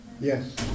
Yes